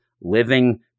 living